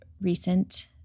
recent